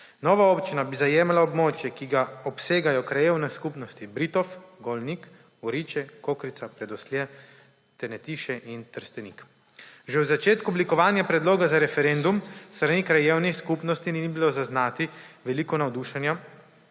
Nova občina bi zajemala območje, ki ga obsegajo krajevne skupnosti Britof, Golnik, Goriče, Kokrica, Predoslje, Tenetiše in Trstenik. Že v začetku oblikovanja predloga za referendum s strani krajevnih skupnosti ni bilo zaznati velikega navdušenja